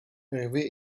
hervé